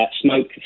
smoke